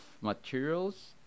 materials